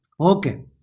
okay